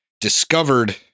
discovered